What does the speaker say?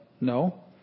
No